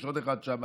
יש עוד אחד שם,